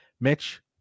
Mitch